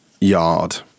yard